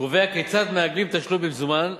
הקובע כיצד מעגלים תשלום במזומן,